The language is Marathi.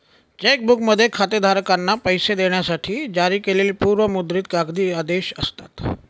चेक बुकमध्ये खातेधारकांना पैसे देण्यासाठी जारी केलेली पूर्व मुद्रित कागदी आदेश असतात